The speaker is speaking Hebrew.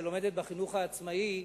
שלומדת בחינוך העצמאי,